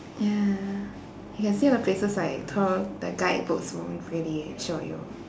ya you can see all the places like tour the guidebooks won't really show you